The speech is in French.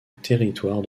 territoire